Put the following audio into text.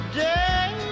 day